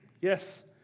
Yes